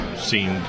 seen